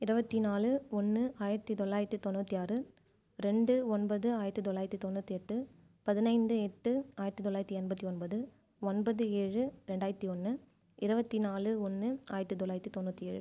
இருபத்தி நாலு ஒன்று ஆயிரத்தி தொள்ளாயிரத்தி தொண்ணூற்றி ஆறு இரண்டு ஒன்பது ஆயிரத்து தொள்ளாயிரத்தி தொண்ணூற்றி எட்டு பதினைந்து எட்டு ஆயிரத்தி தொள்ளாயிரத்தி எண்பத்தி ஒன்பது ஒன்பது ஏழு இரண்டாயிரத்தி ஒன்று இருபத்தி நாலு ஒன்று ஆயிரத்தி தொள்ளாயிரத்தி தொண்ணூற்றி ஏழு